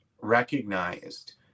recognized